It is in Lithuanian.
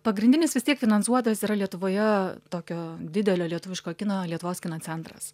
pagrindinis vis tiek finansuotas yra lietuvoje tokio didelio lietuviško kino lietuvos kino centras